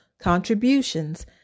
contributions